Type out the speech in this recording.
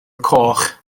coch